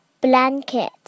blanket